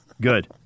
Good